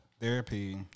therapy